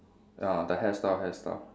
ya the hairstyle hairstyle